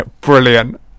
brilliant